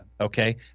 Okay